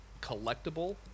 collectible